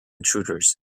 intruders